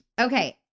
okay